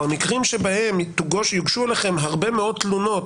המקרים שבהם יוגשו אליכם הרבה מאוד תלונות